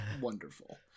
wonderful